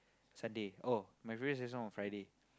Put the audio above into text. Sunday oh my previous lesson on Friday